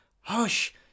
Hush